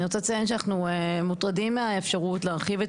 אני רוצה לציין שאנחנו מוטרדים מהאפשרות להרחיב את